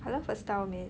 I love her style man